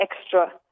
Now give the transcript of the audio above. extra